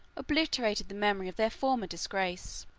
obliterated the memory of their former disgrace.